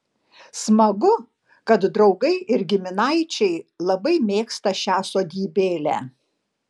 smagu kad draugai ir giminaičiai labai mėgsta šią sodybėlę